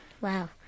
Wow